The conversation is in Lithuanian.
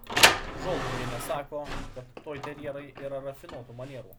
žolungienė sako kad toiterjerai yra rafinuotų manierų